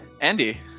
Andy